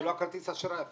זה לא כרטיס אשראי אפילו,